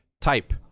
type